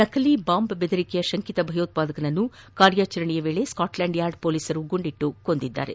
ನಕಲಿ ಬಾಂಬ್ ಬೆದರಿಕೆಯ ಶಂಕಿತ ಭಯೋತ್ಪಾದಕನನ್ನು ಕಾರ್ಯಾಚರಣೆಯ ವೇಳೆ ಸ್ಕಾಟ್ಲ್ಕಾಂಡ್ ಯಾರ್ಡ್ ಪೊಲೀಸರು ಗುಂಡಿಟ್ಟು ಪತ್ಯ ನಡೆಸಿದ್ದಾರೆ